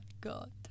God